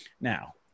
Now